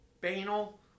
Banal